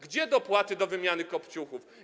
Gdzie dopłaty do wymiany kopciuchów?